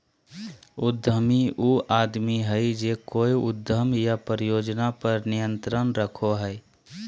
उद्यमी उ आदमी हइ जे कोय उद्यम या परियोजना पर नियंत्रण रखो हइ